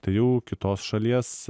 tai jau kitos šalies